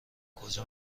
کجا